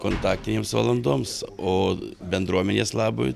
kontaktinėms valandoms o bendruomenės labui